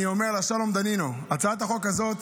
אני אומר, שלום דנינו, הצעת החוק הזאת,